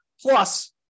Plus